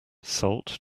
salt